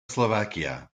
slovakia